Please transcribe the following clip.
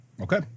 Okay